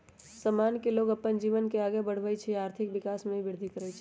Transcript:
समान से लोग अप्पन जीवन के आगे बढ़वई छई आ आर्थिक विकास में भी विर्धि करई छई